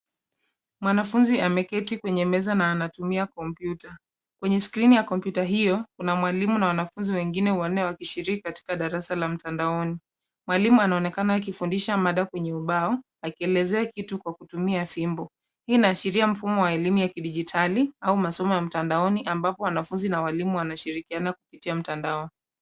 Mwanafunzi ameketi kwenye meza na anatumia kompyuta .Kwenye skrini ya kompyuta hiyo kuna mwalimu na wanafunzi wengine wanne wakishiriki katika darasa la mtandaoni. Mwalimu anaonekana akifundisha mada kwenye ubao akielezea kitu kwa kutumia fimbo. Hii inaashiria mfumo wa elimu wa kidijitali au masomo ya mtandaoni ambapo wanafunzi na walimu wanashirikiana kupitia mtandao.